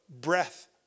breath